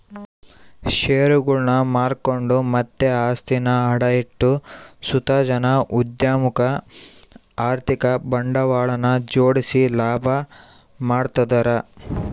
ಷೇರುಗುಳ್ನ ಮಾರ್ಕೆಂಡು ಮತ್ತೆ ಆಸ್ತಿನ ಅಡ ಇಟ್ಟು ಸುತ ಜನ ಉದ್ಯಮುಕ್ಕ ಆರ್ಥಿಕ ಬಂಡವಾಳನ ಜೋಡಿಸಿ ಲಾಭ ಮಾಡ್ತದರ